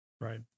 Right